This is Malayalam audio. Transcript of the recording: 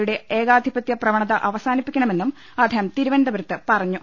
യുടെ ഏകാധിപത്യ പ്രവണത അവസാനിപ്പിക്കണ മെന്നും അദ്ദേഹം തിരുവനന്തപുരത്ത് പറഞ്ഞു